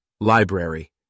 library